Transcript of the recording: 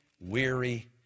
weary